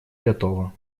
готова